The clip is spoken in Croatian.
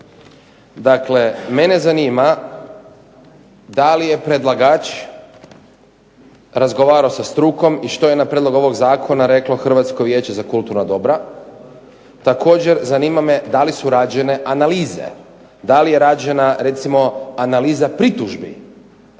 Dakle, mene zanima da li je predlagač razgovarao sa strukom i što je na prijedlog ovog zakona reklo Hrvatsko vijeće za kulturna dobra. Također, zanima me da li su rađene analize. Da li je rađena recimo analiza pritužbi